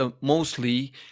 mostly